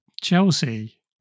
Chelsea